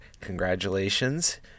congratulations